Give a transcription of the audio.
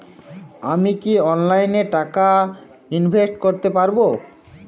আমি কি অনলাইনে টাকা ইনভেস্ট করতে পারবো?